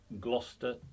Gloucester